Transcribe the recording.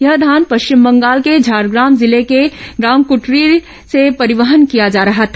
यह धान पश्चिम बंगाल के झारग्राम जिले के ग्राम कुलटिकरी से परिवहन किया जा रहा था